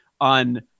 on